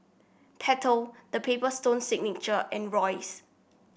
Pentel The Paper Stone Signature and Royce